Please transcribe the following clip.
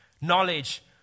Knowledge